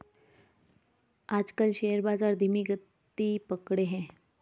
आजकल शेयर बाजार धीमी गति पकड़े हैं